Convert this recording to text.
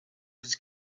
his